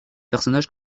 personnages